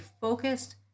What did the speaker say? focused